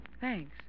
Thanks